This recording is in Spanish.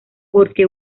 porque